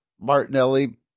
Martinelli